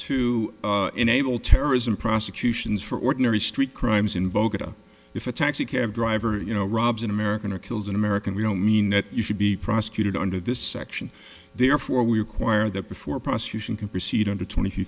to enable terrorism prosecutions for ordinary street crimes in boca if a taxi cab driver you know robs an american or kills an american we don't mean that you should be prosecuted under this section therefore we require that before prosecution can proceed under twenty t